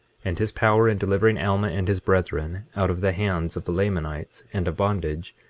and his power in delivering alma and his brethren out of the hands of the lamanites and of bondage,